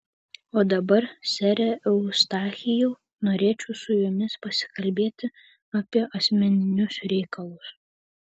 o dabar sere eustachijau norėčiau su jumis pasikalbėti apie asmeninius reikalus